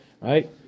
right